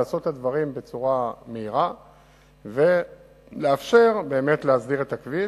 אבל לעשות את הדברים בצורה מהירה ולאפשר להסדיר את הכביש,